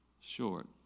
short